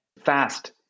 fast